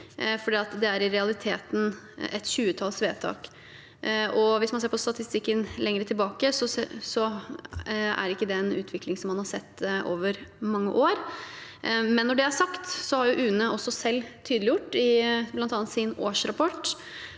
for det er i realiteten et tjuetalls antall vedtak. Hvis man ser på statistikken lenger tilbake i tid, er ikke dette en utvikling man har sett over mange år. Men når det er sagt, har UNE også selv tydeliggjort, bl.a. i sin årsrapport,